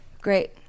Great